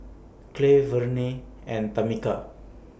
Clay Verne and Tamika